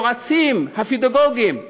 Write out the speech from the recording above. היועצים הפדגוגיים,